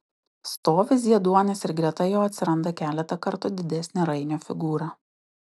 stovi zieduonis ir greta jo atsiranda keletą kartų didesnė rainio figūra